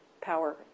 power